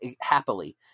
happily